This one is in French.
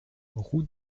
route